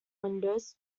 windows